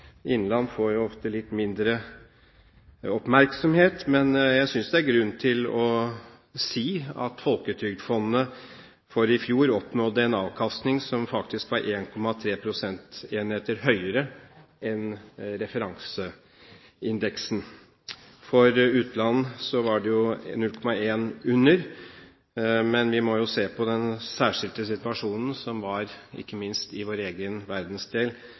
innland får jo ofte litt mindre oppmerksomhet, men jeg synes det er grunn til å si at Folketrygdfondet for i fjor oppnådde en avkastning som faktisk var 1,3 prosentenheter høyere enn referanseindeksen. For Statens pensjonsfond utland var det jo 0,1 prosentenheter under, men vi må jo se på den særskilte situasjonen som var ikke minst i vår egen verdensdel,